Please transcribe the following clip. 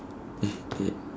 eight eight